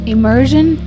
Immersion